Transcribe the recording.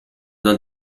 dal